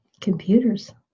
computers